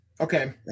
Okay